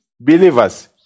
believers